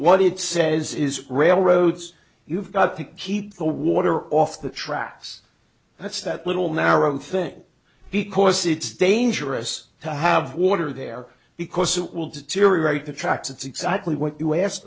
what it says is railroads you've got to keep the water off the tracks that's that little narrow thing because it's dangerous to have water there because it will deteriorate the tracks it's exactly what you ask